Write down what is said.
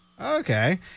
Okay